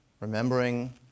remembering